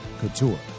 couture